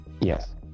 Yes